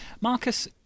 Marcus